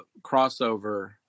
crossover